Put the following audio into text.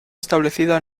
establecida